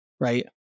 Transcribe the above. Right